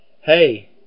hey